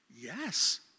Yes